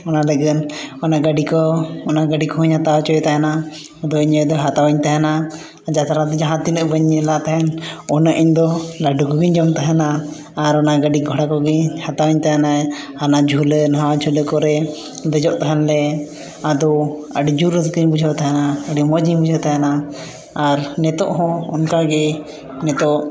ᱚᱱᱟ ᱞᱟᱹᱜᱤᱫ ᱚᱱᱟ ᱜᱟᱹᱰᱤ ᱠᱚ ᱚᱱᱟ ᱜᱟᱹᱰᱤ ᱠᱚᱦᱚᱧ ᱦᱟᱛᱟᱣ ᱦᱚᱪᱚᱭᱮ ᱛᱟᱦᱮᱱᱟ ᱟᱫᱚ ᱤᱧ ᱟᱭᱳ ᱫᱚᱭ ᱦᱟᱛᱟᱣᱟᱹᱧ ᱛᱟᱦᱮᱱᱟ ᱡᱟᱛᱨᱟ ᱫᱚ ᱡᱟᱦᱟᱸᱛᱤᱱᱟᱹᱜ ᱵᱟᱹᱧ ᱧᱮᱞᱟ ᱛᱟᱦᱮᱱ ᱩᱱᱟᱹᱜ ᱤᱧ ᱫᱚ ᱞᱟᱰᱩ ᱠᱚᱜᱮᱧ ᱡᱚᱢ ᱛᱟᱦᱮᱱᱟ ᱟᱨ ᱚᱱᱟ ᱜᱟᱹᱰᱤᱜᱷᱚᱬᱟ ᱠᱚᱜᱮᱧ ᱦᱟᱛᱟᱣᱟᱹᱧ ᱛᱟᱦᱮᱱᱟᱭ ᱦᱟᱱᱟ ᱡᱷᱩᱞᱟᱹ ᱱᱟᱣᱟ ᱡᱷᱩᱞᱟᱹ ᱠᱚᱨᱮ ᱫᱮᱡᱚᱜ ᱛᱟᱦᱮᱱ ᱞᱮ ᱟᱫᱚ ᱟᱹᱰᱤ ᱡᱳᱨ ᱨᱟᱹᱥᱠᱟᱹᱧ ᱵᱩᱡᱷᱟᱹᱣ ᱛᱟᱦᱮᱱᱟ ᱟᱹᱰᱤ ᱢᱚᱡᱮᱧ ᱵᱩᱡᱷᱟᱹᱣ ᱛᱟᱦᱮᱱᱟ ᱟᱨ ᱱᱤᱛᱚᱜ ᱦᱚᱸ ᱚᱱᱠᱟᱜᱮ ᱱᱤᱛᱚᱜ